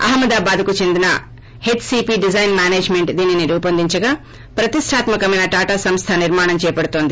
అహ్మదాబాద్కు చెందిన HCP design management దీనిని రూపొందించగా ప్రతిష్టాత్మ కమెన టాటా సంస్వ నిర్మాణం చేపడుతోంది